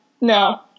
No